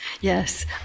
yes